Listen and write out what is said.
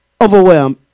overwhelmed